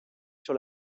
sur